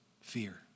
Fear